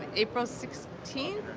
april sixteenth.